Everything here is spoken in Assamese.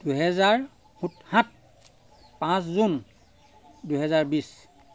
দুহেজাৰ সোত সাত পাঁচ জুন দুহেজাৰ বিশ